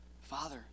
Father